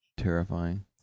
Terrifying